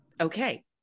Okay